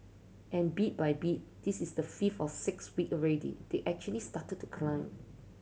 and bit by bit this is the fifth or sixth week already they actually started to climb